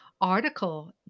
article